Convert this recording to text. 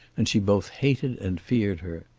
and she both hated and feared her.